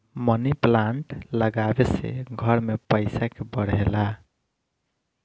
मनी plant लागवे से घर में पईसा के बढ़ेला